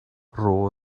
rho